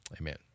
Amen